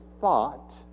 thought